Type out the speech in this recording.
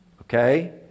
Okay